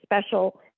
special